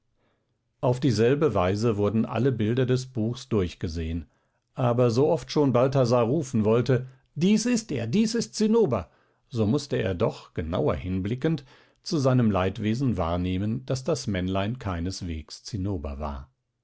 auf dieselbe weise wurden alle bilder des buchs durchgesehen aber so oft schon balthasar rufen wollte dies ist er dies ist zinnober so mußte er doch genauer hinblickend zu seinem leidwesen wahrnehmen daß das männlein keinesweges zinnober war